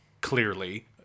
clearly